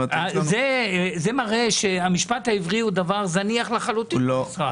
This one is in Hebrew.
זה מראה שהמשפט העברי הוא דבר זניח לחלוטין במשרד.